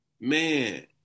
man